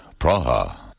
Praha